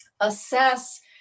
assess